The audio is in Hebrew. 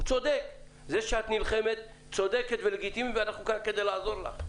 זה גם צודק ולגיטימי שאת נלחמת ואנחנו כאן כדי לעזור לך.